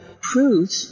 proof